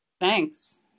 Thanks